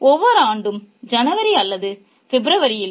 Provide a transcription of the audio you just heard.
எனவே 'ஒவ்வொரு ஆண்டும் ஜனவரி அல்லது பிப்ரவரியில்